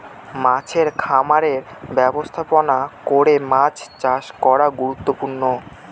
মাছের খামারের ব্যবস্থাপনা করে মাছ চাষ করা গুরুত্বপূর্ণ